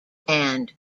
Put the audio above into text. brand